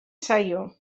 zaio